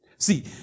See